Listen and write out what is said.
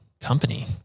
company